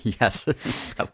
Yes